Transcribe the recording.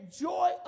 joy